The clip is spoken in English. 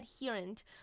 adherent